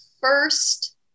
first